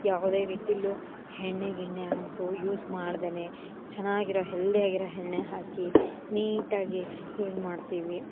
ಯಾವುದೇ ರೀತಿಲೂ ಎಣ್ಣೆ ಗಿಣ್ಣೆ ಆಯಿತು ಯೂಸ್ ಮಾಡದೇನೆ ಚೆನ್ನಾಗಿರೋ ಹೆಲ್ದಿಯಾಗಿರೊ ಎಣ್ಣೆ ಹಾಕಿ ನೀಟಾಗಿ ಯೂಸ್ ಮಾಡ್ತೀವಿ